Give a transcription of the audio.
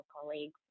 colleagues